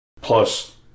Plus